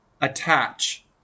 Attach